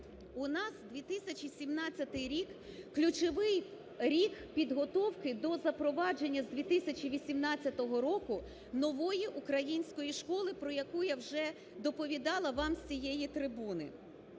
У нас 2017 рік – ключовий рік підготовки до запровадження з 2018 року нової української школи, про яку я вже доповідала вам з цієї трибуни.